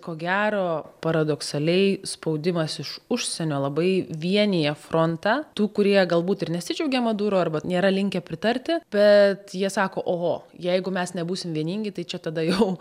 ko gero paradoksaliai spaudimas iš užsienio labai vienija frontą tų kurie galbūt ir nesidžiaugia maduro arba nėra linkę pritarti bet jie sako oho jeigu mes nebūsim vieningi tai čia tada jau